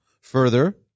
Further